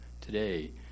today